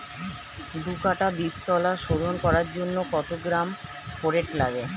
দু কাটা বীজতলা শোধন করার জন্য কত গ্রাম ফোরেট লাগে?